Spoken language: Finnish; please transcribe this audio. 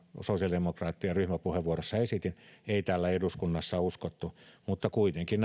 sosiaalidemokraattien ryhmäpuheenvuorossa esitin ei täällä eduskunnassa uskottu mutta kuitenkin